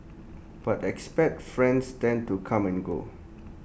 but expat friends tend to come and go